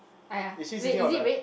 is she sitting on a